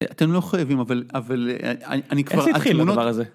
אתם לא חייבים אבל אבל אני איך התחיל הדבר הזה.